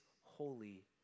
holy